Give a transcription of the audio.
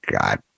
God